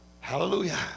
Hallelujah